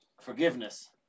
Forgiveness